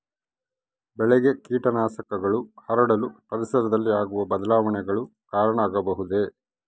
ಬೆಳೆಗೆ ಕೇಟನಾಶಕಗಳು ಹರಡಲು ಪರಿಸರದಲ್ಲಿ ಆಗುವ ಬದಲಾವಣೆಗಳು ಕಾರಣ ಆಗಬಹುದೇ?